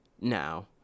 Now